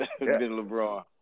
LeBron